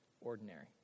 ordinary